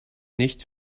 nicht